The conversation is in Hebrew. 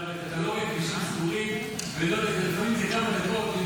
אתה לא רואה כבישים סגורים, לפעמים זה כמה דקות.